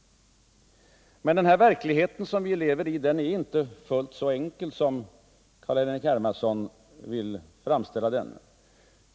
Men den verklighet vi lever i är inte fullt så enkel som Carl-Henrik Hermansson vill framställa den.